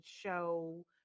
show